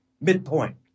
midpoint